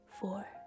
four